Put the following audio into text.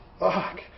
fuck